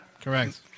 Correct